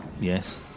Yes